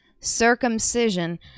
circumcision